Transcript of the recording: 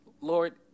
Lord